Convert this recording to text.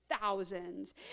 thousands